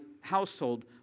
household